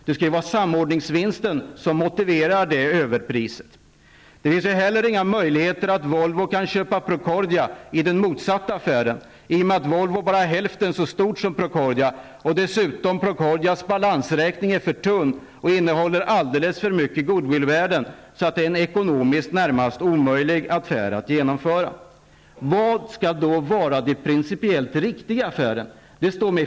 Det är samordningsvinsten som motiverar det överpriset. Det finns heller inga möjligheter för Volvo att köpa Procordia i den motsatta affären. Volvo är bara hälften så stort som Procordia. Dessutom är Procordias balansräkning för tunn och innehåller alldeles för mycket good--will-värden. Det är en närmast omöjlig affär att genomföra. Vad skall då vara den principiellt riktiga affären?